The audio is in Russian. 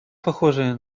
похожа